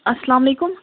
اسلامُ علیکُم